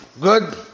Good